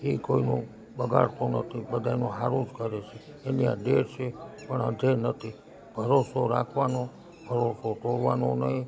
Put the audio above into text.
એ કોઈનું બગાડતો નથી બધાયનું સારું જ કરે છે એની ત્યાં દેર છે પણ અંધેર નથી ભરોસો રાખવાનો ભરોસો તોડવાનો નહીં